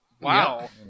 Wow